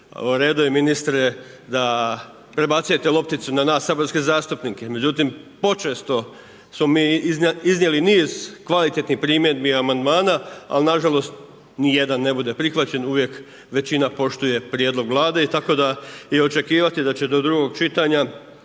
redu je ministre, da prebacujete lopticu na nas saborske zastupnike, međutim počesto smo mi iznijeli niz kvalitetnih primjedbi i amandmana, ali nažalost nijedan ne bude prihvaćen, uvijek većina poštuje prijedlog Vlade i tako da očekivati da će do drugog čitanja